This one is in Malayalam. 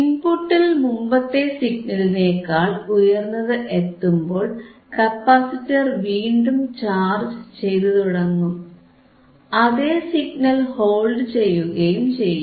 ഇൻപുട്ടിൽ മുമ്പത്തെ സിഗ്നലിനേക്കാൾ ഉയർന്നത് എത്തുമ്പോൾ കപ്പാസിറ്റർ വീണ്ടും ചാർജ് ചെയ്തുതുടങ്ങും അതേ സിഗ്നൽ ഹോൾഡ് ചെയ്യുകയും ചെയ്യും